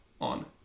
on